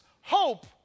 Hope